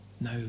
No